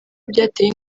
byateye